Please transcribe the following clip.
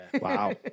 Wow